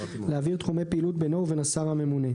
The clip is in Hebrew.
להעביר תחומי פעילות בינו ובין השר הממונה."